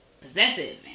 possessive